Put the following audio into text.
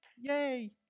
Yay